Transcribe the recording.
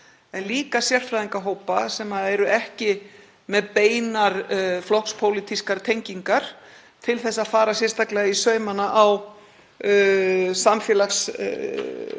líka sérfræðingahópa sem eru ekki með beinar flokkspólitískar tengingar til að fara sérstaklega í saumana á samfélagsvinklunum,